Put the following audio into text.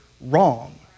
wrong